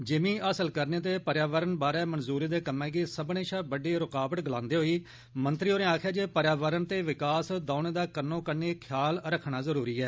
जिमीं हासल करने ते पर्यावरण बारै मंजूरी दे कम्में गी सब्बनें शा बड्डी रुकावट गलांदे होई मंत्री होरें आक्खेया जे पर्यावरण ते विकास दौनें दा कन्नो कन्नी ख्याल रक्खनां जरुरी ऐ